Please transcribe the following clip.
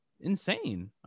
Insane